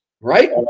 Right